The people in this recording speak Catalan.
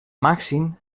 màxim